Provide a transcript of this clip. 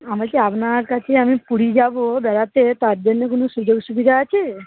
আমি বলছি আপনার কাছে আমি পুরী যাবো বেড়াতে তার জন্য কোনো সুযোগ সুবিধা আছে